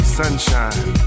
sunshine